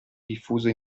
diffuso